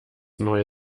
neue